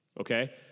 okay